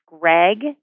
Greg